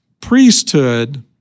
Priesthood